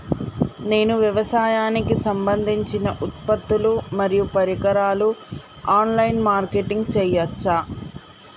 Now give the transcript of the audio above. నేను వ్యవసాయానికి సంబంధించిన ఉత్పత్తులు మరియు పరికరాలు ఆన్ లైన్ మార్కెటింగ్ చేయచ్చా?